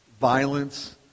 violence